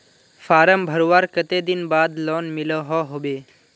Form भरवार कते दिन बाद लोन मिलोहो होबे?